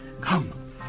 Come